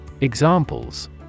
Examples